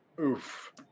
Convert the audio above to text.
oof